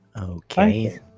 Okay